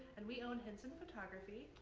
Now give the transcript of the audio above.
and we own hinson photography.